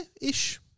ish